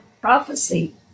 prophecy